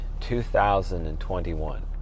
2021